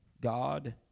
God